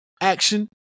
action